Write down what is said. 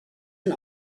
and